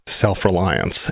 self-reliance